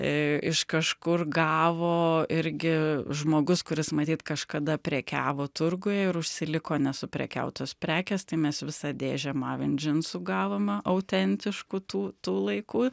iš kažkur gavo irgi žmogus kuris matyt kažkada prekiavo turguje ir užsiliko nesuprekiautos prekės tai mes visą dėžę mavin džinsų gavome autentiškų tų tų laikų